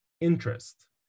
interest